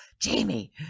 Jamie